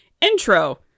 intro